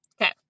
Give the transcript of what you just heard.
Okay